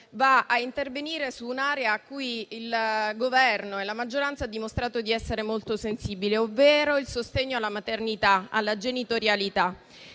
interviene in un'area verso la quale il Governo e la maggioranza hanno dimostrato di essere molto sensibili, ovvero il sostegno alla maternità, alla genitorialità.